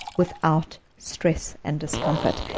without stress and discomfort.